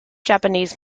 japanese